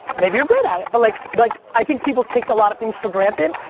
maybe you're great at it, but like like i think people take a lot of things for granted.